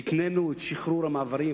והתנינו את שחרור המעברים,